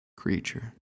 Creature